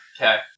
Okay